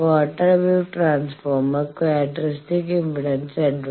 quarter wave transformer characteristics impedance Z1